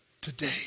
today